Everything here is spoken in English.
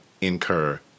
incur